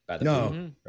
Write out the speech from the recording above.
No